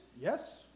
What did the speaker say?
Yes